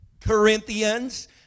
Corinthians